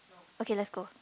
okay let's go